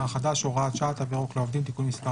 תחדש (הוראת שעת) (תו ירוק לעובדים)(תיקון מס,